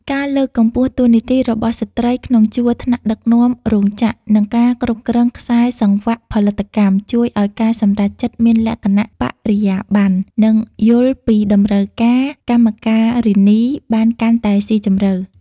ការលើកកម្ពស់តួនាទីរបស់ស្ត្រីក្នុងជួរថ្នាក់ដឹកនាំរោងចក្រ និងការគ្រប់គ្រងខ្សែសង្វាក់ផលិតកម្ម ជួយឱ្យការសម្រេចចិត្តមានលក្ខណៈបរិយាប័ន្ន និងយល់ពីតម្រូវការកម្មការិនីបានកាន់តែស៊ីជម្រៅ។